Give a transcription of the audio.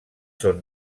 són